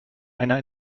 einer